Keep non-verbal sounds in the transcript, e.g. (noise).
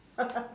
(laughs)